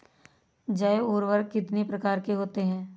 जैव उर्वरक कितनी प्रकार के होते हैं?